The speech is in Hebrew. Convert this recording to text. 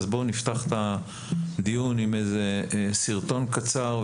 אז בואו נפתח את הדיון עם איזה סרטון קצר,